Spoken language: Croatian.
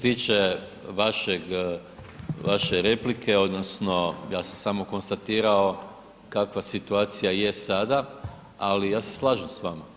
Što se tiče vaše replike odnosno ja sam samo konstatirao kakva situacija je sada ali ja se slažem s vama.